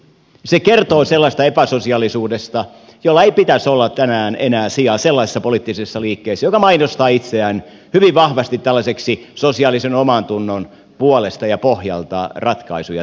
se kertoo sellaisesta epäsosiaalisuudesta jolla ei pitäisi olla tänään enää sijaa sellaisessa poliittisessa liikkeessä joka mainostaa itseään hyvin vahvasti tällaiseksi sosiaalisen omantunnon puolesta ja pohjalta ratkaisuja tekeväksi